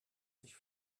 sich